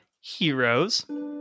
heroes